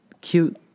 cute